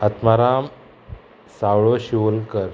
Atmaram Savlo Shivolkar